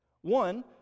One